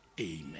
Amen